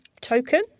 token